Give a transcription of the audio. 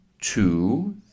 two